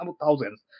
thousands